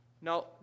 Now